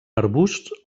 arbusts